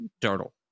turtle